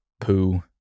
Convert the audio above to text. poo